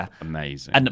amazing